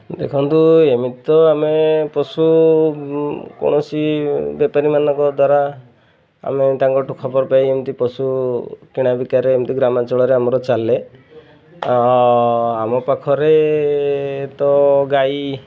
ଦେଖନ୍ତୁ ଏମିତି ତ ଆମେ ପଶୁ କୌଣସି ବେପାରୀମାନଙ୍କ ଦ୍ୱାରା ଆମେ ତାଙ୍କଠୁ ଖବର ପାଇ ଏମିତି ପଶୁ କିଣା ବିକାରେ ଏମିତି ଗ୍ରାମାଞ୍ଚଳ ରେ ଆମର ଚାଲେ ଆମ ପାଖରେ ତ ଗାଈ